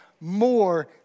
more